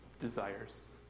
desires